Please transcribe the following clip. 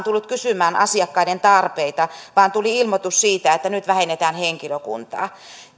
tullut kysymään asiakkaiden tarpeita vaan tuli ilmoitus siitä että nyt vähennetään henkilökuntaa eivät